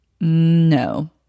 No